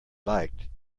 liked